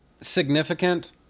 significant